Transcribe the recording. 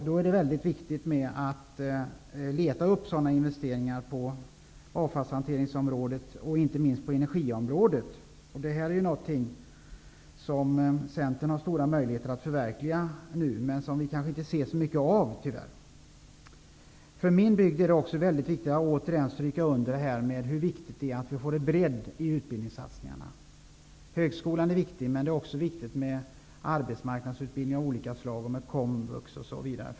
Då är det mycket viktigt att leta upp sådana investeringar på avfallshanteringsområdet och inte minst på energiområdet. Det är något som Centern har stora möjligheter att förverkliga nu, men som vi tyvärr kanske inte ser så mycket av. Jag vill återigen stryka under hur viktigt det är för min bygd att få en bredd i utbildningssatsningarna. Högskolan är viktig. Men det är också viktigt med arbetsmarknadsutbildning av olika slag, komvux, osv.